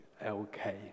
L-K